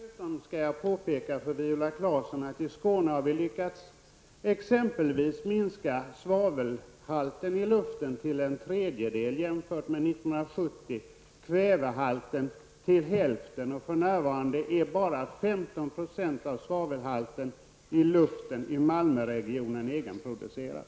Fru talman! Jag försäkrar, Viola Claesson, att jag redan har gjort det. Dessutom vill jag påpeka att vi i Skåne exempelvis har lyckats minska svavelhalten i luften till en tredjedel av vad som gällde 1970. Vidare har kvävehalten halverats, och för närvarande är det bara 15 % av svavelhalten i luften i Malmöregionen som är egenproducerad.